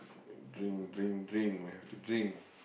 drink drink drink we have to drink